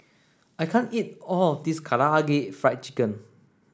I can't eat all of this Karaage Fried Chicken